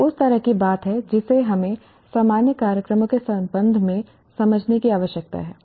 यह उस तरह की बात है जिसे हमें सामान्य कार्यक्रमों के संबंध में समझने की आवश्यकता है